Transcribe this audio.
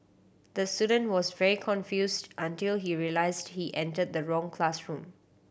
the student was very confused until he realised he entered the wrong classroom